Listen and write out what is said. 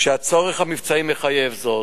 כשהצורך המבצעי מחייב זאת.